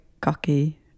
cocky